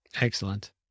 Excellent